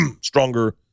stronger